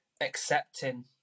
accepting